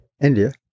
India